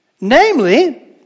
namely